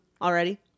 already